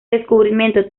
descubrimiento